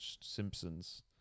Simpsons